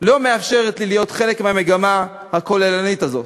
לא מאפשרת לי להיות חלק מהמגמה הכוללנית הזאת,